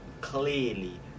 clearly